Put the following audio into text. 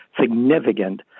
significant